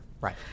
Right